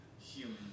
human